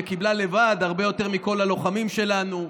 שקיבלה לבד הרבה יותר מכל הלוחמים שלנו,